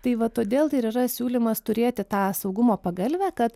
tai va todėl ir yra siūlymas turėti tą saugumo pagalvę kad